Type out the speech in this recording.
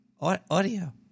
audio